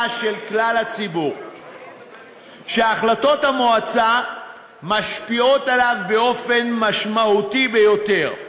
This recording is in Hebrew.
לכלל הציבור שהחלטות המועצה משפיעות עליו באופן משמעותי ביותר.